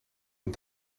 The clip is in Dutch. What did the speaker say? een